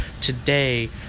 today